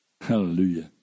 Hallelujah